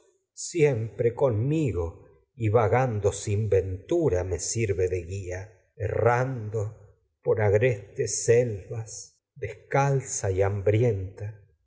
siempre conmigo sirve de vagando sin ventura me guía errando a por agrestes selvas lluvias cada y descalza ardores y hambrienta